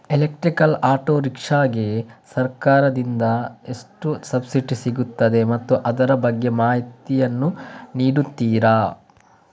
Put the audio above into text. Electrical auto rickshaw ಗೆ ಸರ್ಕಾರ ದಿಂದ ಎಷ್ಟು ಸಬ್ಸಿಡಿ ಸಿಗುತ್ತದೆ ಮತ್ತು ಅದರ ಬಗ್ಗೆ ಮಾಹಿತಿ ಯನ್ನು ನೀಡುತೀರಾ?